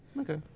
Okay